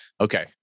Okay